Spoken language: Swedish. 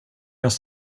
oss